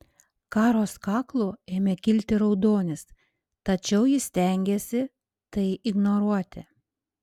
karos kaklu ėmė kilti raudonis tačiau ji stengėsi tai ignoruoti